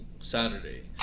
Saturday